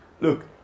Look